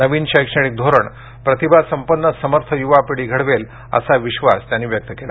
नवीन शैक्षणिक धोरण प्रतिभा संपन्न समर्थ युवा पिढी घडवेल असा विश्वास त्यांनी व्यक्त केला